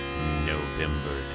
November